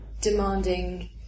demanding